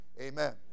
Amen